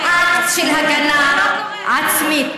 האם רצח של משפחה בביתה זה מאבק דמוקרטי לגיטימי?